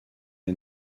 est